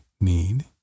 need